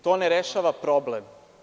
To ne rešava problem.